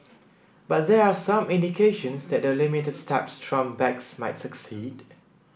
but there are some indications that the limited steps Trump backs might succeed